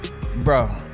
Bro